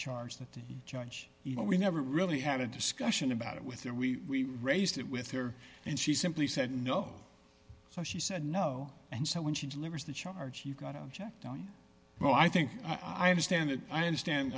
charge that the judge you know we never really had a discussion about it with there we raised it with her and she simply said no so she said no and so when she delivers the charge you got to check but i think i understand that i understand